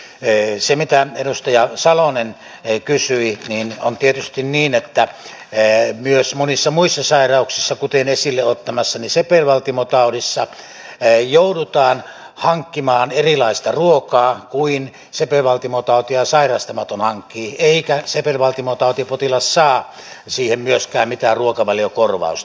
mitä tulee siihen mitä edustaja salonen kysyi niin on tietysti niin että myös monissa muissa sairauksissa kuten esille ottamassani sepelvaltimotaudissa joudutaan hankkimaan erilaista ruokaa kuin mitä sepelvaltimotautia sairastamaton hankkii eikä myöskään sepelvaltimotautipotilas saa siihen mitään ruokavaliokorvausta